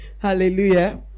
Hallelujah